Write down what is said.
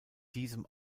diesem